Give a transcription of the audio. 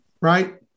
right